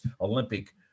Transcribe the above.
Olympic